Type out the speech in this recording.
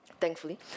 thankfully